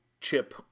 chip